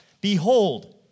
Behold